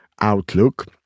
outlook